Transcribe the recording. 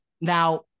now